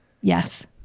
Yes